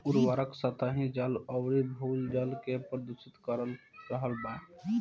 उर्वरक सतही जल अउरी भू जल के प्रदूषित कर रहल बा